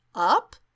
Up